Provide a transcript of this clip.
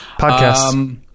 Podcast